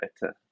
better